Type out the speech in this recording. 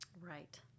Right